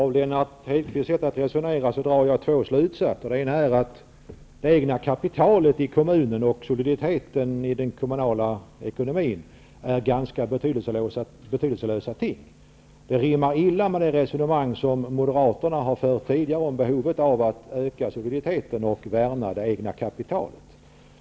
Herr talman! Jag drar två slutsatser av Lennart Hedquists sätt att resonera. Den ena är att det egna kapitalet i kommunen och soliditeten i den kommunala ekonomin är ganska betydelselösa ting. Det rimmar illa med det resonemang som Moderaterna har fört tidigare om behovet av att öka soliditeten och värna det egna kapitalet.